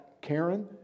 Karen